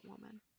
woman